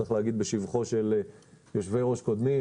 צריך להגיד בשבחם של יושב-ראש קודמים,